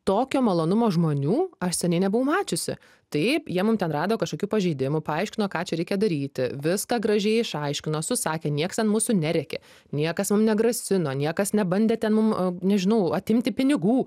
tokio malonumo žmonių aš seniai nebuvau mačiusi taip jie mum ten rado kažkokių pažeidimų paaiškino ką čia reikia daryti viską gražiai išaiškino susakė niekas ten mūsų nerėkė niekas mum negrasino niekas nebandė ten mum nežinau atimti pinigų